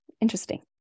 Interesting